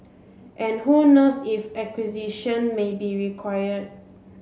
and who knows if acquisition may be required